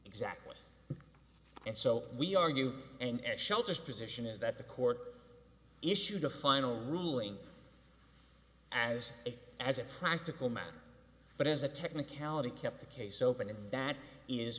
exactly and so we argue and shelters position is that the court issued a final ruling as a as a practical matter but as a technicality kept the case open and that is